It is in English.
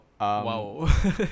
Wow